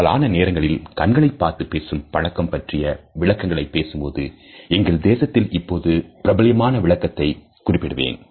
பெரும்பாலான நேரங்களில் கண்களைப்பார்த்து பேசும் பழக்கம் பற்றிய விளக்கங்களை பேசும்போது எங்கள் தேசத்தில் இப்பொழுது பிரபல்யமான விளக்கத்தை குறிப்பிடுவேன்